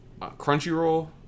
crunchyroll